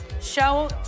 Show